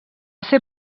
ser